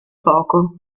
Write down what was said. poco